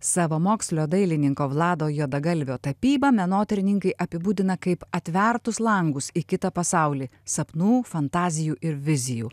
savamokslio dailininko vlado juodagalvio tapybą menotyrininkai apibūdina kaip atvertus langus į kitą pasaulį sapnų fantazijų ir vizijų